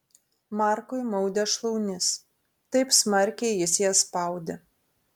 markui maudė šlaunis taip smarkiai jis jas spaudė